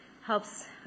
helps